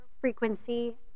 frequency